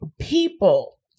people